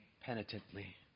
penitently